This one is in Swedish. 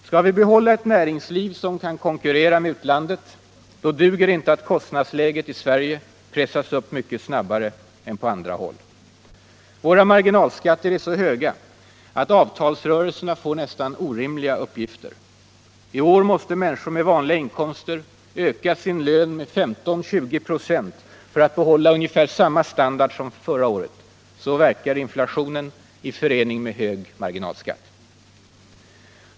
Skall vi behålla ett näringsliv som kan konkurrera med utlandet, då duger det inte att kostnadsläget i Sverige pressas upp mycket snabbare än på andra håll. Våra marginalskatter är så höga att avtalsrörelserna får nästan orimliga uppgifter. I år måste människor med vanliga inkomster öka sin lön med 15-20 926 för att behålla ungefär samma standard som förra året. Så verkar inflationen i förening med hög marginalskatt.